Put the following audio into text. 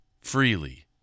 freely